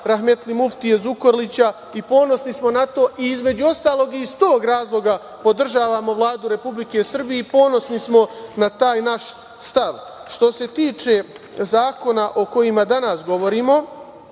rahmetli muftije Zukorlića i ponosni smo na to i između ostalog i iz tog razloga podržavamo Vladu Republike Srbije i ponosni smo na taj naš stav. Što se tiče zakona o kojima danas govorimo,